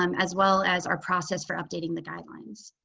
um as well as our process for updating the guidelines.